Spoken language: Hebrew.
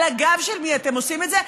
על הגב של מי אתם עושים את זה.